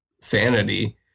Sanity